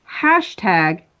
HASHTAG